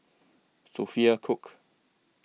Sophia Cooke